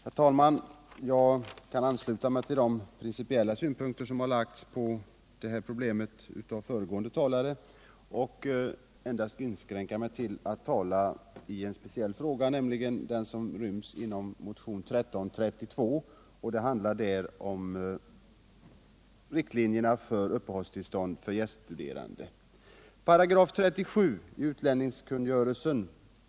Herr talman! Jag kan ansluta mig till de principiella synpunkter som har framförts på detta problem av föregående talare och inskränka mig till att tala endast i en speciell fråga, nämligen den som tas upp i motionen 1332 om riktlinjerna för uppehållstillstånd för s.k. gäststuderande.